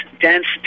dense